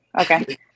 Okay